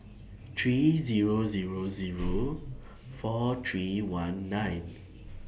three Zero Zero Zero four three one nine